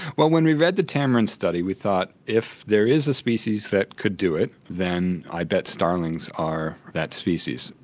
well when we read the tamarin study we thought if there is a species that could do it then i bet starlings are that species.